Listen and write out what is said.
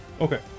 Okay